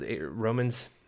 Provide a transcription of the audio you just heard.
Romans